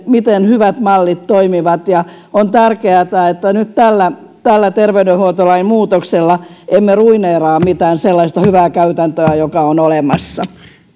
miten hyvät mallit toimivat on tärkeätä että nyt tällä terveydenhuoltolain muutoksella emme ruineeraa mitään sellaista hyvää käytäntöä joka on olemassa